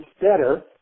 better